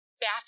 Back